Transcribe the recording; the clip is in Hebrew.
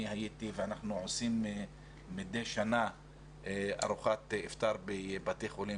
אני הייתי ואנחנו עושים מדי שנה ארוחת אפטאר בבתי חולים,